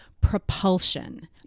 propulsion